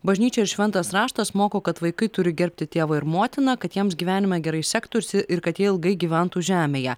bažnyčia ir šventas raštas moko kad vaikai turi gerbti tėvą ir motiną kad jiems gyvenime gerai sektųsi ir kad jie ilgai gyventų žemėje